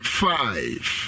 five